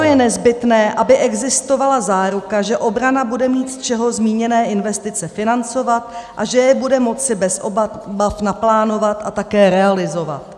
I proto je nezbytné, aby existovala záruka, že obrana bude mít, z čeho zmíněné investice financovat, a že je bude moci bez obav naplánovat a také realizovat.